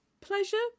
pleasure